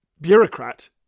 bureaucrat